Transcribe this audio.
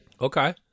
Okay